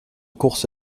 course